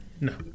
No